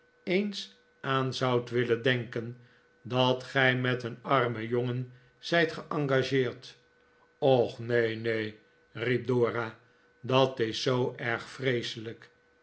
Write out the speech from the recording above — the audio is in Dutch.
eens aan zoudt willen denken dat gij met een armen jongen zijt geengageerd och neen neen riep dora dat is zoo erg vreeselijk